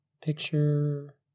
picture